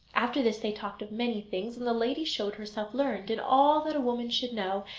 after this they talked of many things, and the lady showed herself learned in all that a woman should know,